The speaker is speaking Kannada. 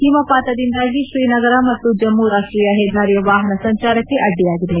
ಹಿಮಪಾತದಿಂದಾಗಿ ಶ್ರೀನಗರ ಮತ್ತು ಜಮ್ಮು ರಾಷ್ಟೀಯ ಹೆದ್ದಾರಿಯ ವಾಹನ ಸಂಚಾರಕ್ಕೆ ಅಡ್ಡಿಯಾಗಿದೆ